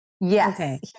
Yes